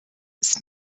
ist